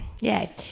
yay